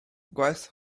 gwaith